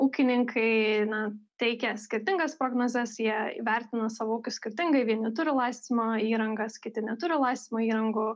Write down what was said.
ūkininkai na teikia skirtingas prognozes jie įvertina savo ūkius skirtingai vieni turi laistymo įrangas kiti neturi laistymo įrangų